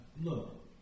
Look